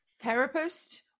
therapist